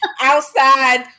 outside